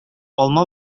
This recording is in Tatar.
алма